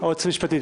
והשלישית.